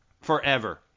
forever